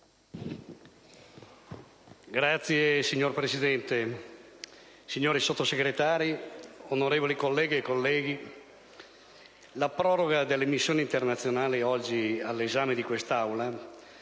Signora Presidente, signori Sottosegretari, onorevoli colleghe e colleghi, la proroga delle missioni internazionali oggi all'esame di quest'Aula